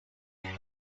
very